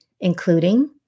including